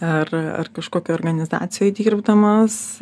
ar ar kažkokioj organizacijoj dirbdamas